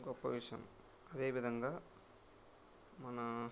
గొప్ప విషయం అదేవిధంగా మన